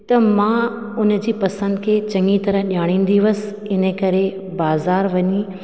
त मां उन जी पसंदि खे चङी तरह ॼाणींदी हुअसि इन करे बाज़ारि वञी